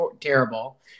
terrible